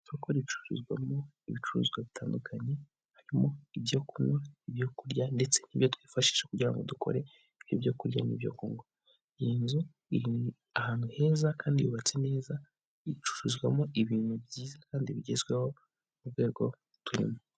Isoko ricuruzwamo ibicuruzwa bitandukanye harimo ibyo kunywa, ibyo kurya ndetse n'ibyo twifashisha kugira dukore ibyo kurya n'ibyo kunywa. Iyi nzu iri ni ahantu heza kandi yubatse neza icururizwamo ibintu byiza kandi bigezweho mu rwego turimo.